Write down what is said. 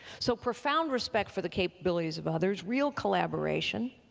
so profound respect for the capabilities of others, real collaboration.